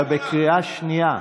אתה בקריאה שנייה.